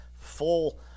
full